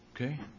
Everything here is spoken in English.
okay